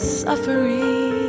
suffering